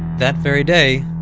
that very day,